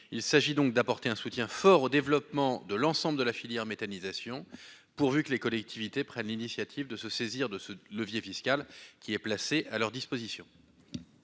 il s'agit donc d'apporter un soutien fort au développement de l'ensemble de la filière méthanisation, pourvu que les collectivités prennent l'initiative de se saisir de ce levier fiscal qui est placé à leur disposition.